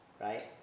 right